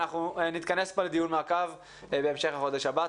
אנחנו נתכנס פה לדיון מעקב בהמשך החודש הבא.